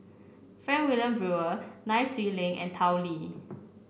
Frank Wilmin Brewer Nai Swee Leng and Tao Li